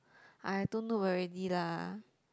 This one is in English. I don't know already lah